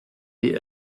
die